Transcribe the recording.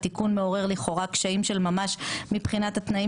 התיקון מעורר לכאורה קשיים של ממש מבחינת התנאים